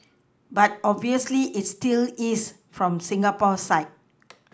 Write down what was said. but obviously it still is from Singapore's side